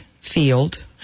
field